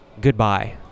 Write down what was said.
goodbye